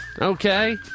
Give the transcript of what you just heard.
Okay